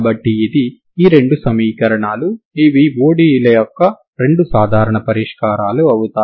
కాబట్టి ఇది ఈ రెండు సమీకరణాలు ఇవి ODEల యొక్క రెండు సాధారణ పరిష్కారాలు అవుతాయి